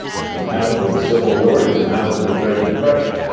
you can have it with the civil war. you can have it with the great depression.